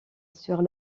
sur